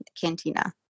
cantina